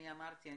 אמרתי,